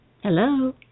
Hello